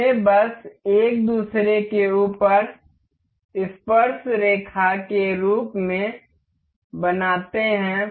हमें बस एक दूसरे के ऊपर स्पर्शरेखा के रूप में बनाते हैं